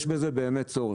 יש בזה באמת צורך.